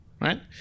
right